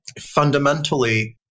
fundamentally